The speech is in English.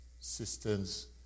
systems